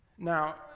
Now